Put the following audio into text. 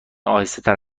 آهستهتر